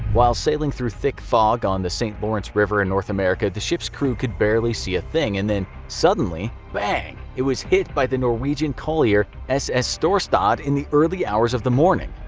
while sailing sailing through thick fog on the saint lawrence river in north america, the ship's crew could barely see a thing and then suddenly bang. it was hit by the norwegian collier ss storstad in the early hours of the morning.